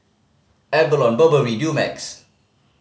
Avalon Burberry Dumex